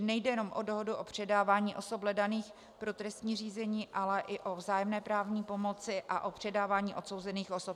Nejde jenom o dohodu o předávání osob hledaných pro trestní řízení, ale i o vzájemné právní pomoci a o předávání odsouzených osob.